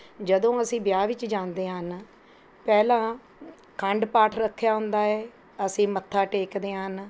ਜਦੋਂ ਅਸੀਂ ਵਿਆਹ ਵਿੱਚ ਜਾਂਦੇ ਹਾਂ ਪਹਿਲਾਂ ਅਖੰਡ ਪਾਠ ਰੱਖਿਆ ਹੁੰਦਾ ਹੈ ਅਸੀਂ ਮੱਥਾ ਟੇਕਦੇ ਹਾਂ